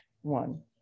one